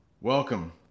Welcome